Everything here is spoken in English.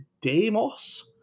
Demos